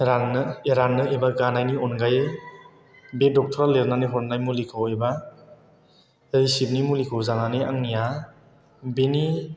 राननो एबा गानायनि अनगायै बे डक्टरा लिरनानै हरनाय मुलिखौ एबा रिसिपनि मुलिखौ जानानै आंनिया बेनि